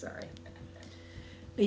sorry